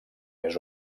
més